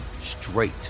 straight